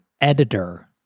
editor